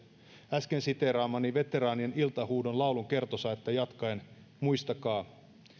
äsken siteeraamani veteraanien iltahuudon laulun kertosäettä jatkaen muistakaa